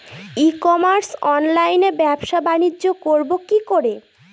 ই commerce অনলাইনে ব্যবসা বানিজ্য করব কি করে?